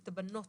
את הבנות